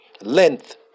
Length